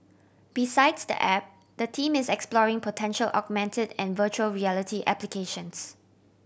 besides the app the team is exploring potential augmented and virtual reality applications